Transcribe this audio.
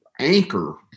anchor